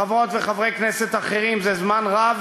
חברות וחברי כנסת אחרים זה זמן רב,